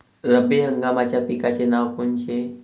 रब्बी हंगामाच्या पिकाचे नावं कोनचे?